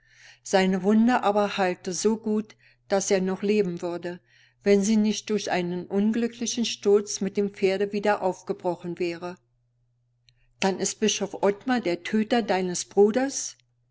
seine wunde aber heilte so gut daß er noch leben würde wenn sie nicht durch einen unglücklichen sturz mit dem pferde wieder aufgebrochen wäre dann ist bischof ottmar der töter deines bruders